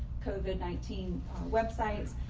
coda nineteen websites,